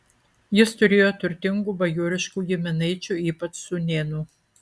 jis turėjo turtingų bajoriškų giminaičių ypač sūnėnų